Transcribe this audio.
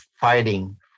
fighting